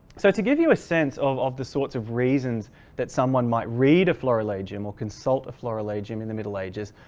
so to give you a sense of of the sorts of reasons that someone might read a floral a gym or consult a floral a gym in the middle ages,